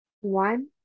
one